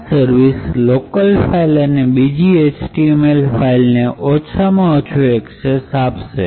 આ service local file અને બીજી html ફાઇલ ને ઓછામાં ઓછો એક્સેસ આપશે